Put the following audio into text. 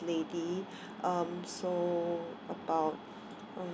lady um so about